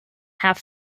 half